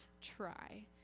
try